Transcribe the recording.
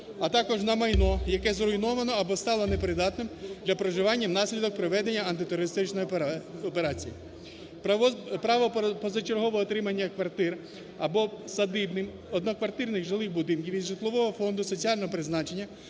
а також на майно, яке зруйновано або стало непридатним для проживання внаслідок проведення антитерористичної операції. Право позачергового отримання квартир або садиби, одноквартирних жилих будинків із житлового фонду соціального призначення